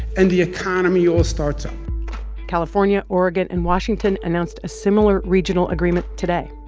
and the economy all starts up california, oregon and washington announced a similar regional agreement today.